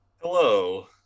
hello